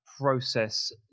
process